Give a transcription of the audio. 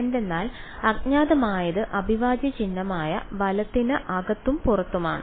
എന്തെന്നാൽ അജ്ഞാതമായത് അവിഭാജ്യ ചിഹ്നമായ വലത്തിന് അകത്തും പുറത്തുമാണ്